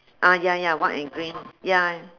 ah ya ya white and green ya